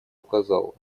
указал